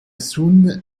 sound